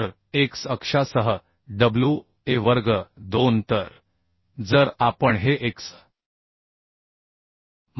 तर x अक्षासह wa वर्ग 2 तर जर आपण हे x